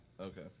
Okay